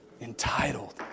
Entitled